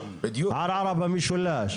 ערערה במשולש.